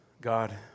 God